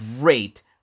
great